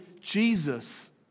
Jesus